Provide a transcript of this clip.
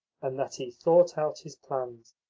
and that he thought out his plans,